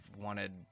wanted